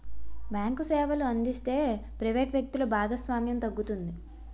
bank సేవలు అందిస్తే private వ్యక్తులు భాగస్వామ్యం తగ్గుతుంది